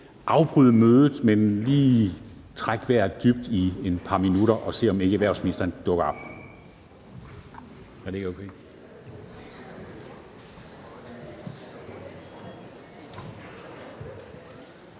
afbryde mødet, men lige trække vejret dybt i et par minutter og se om ikke erhvervsministeren dukker op.